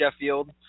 Sheffield